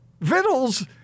Vittles